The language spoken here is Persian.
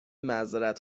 معذرت